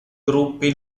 gruppi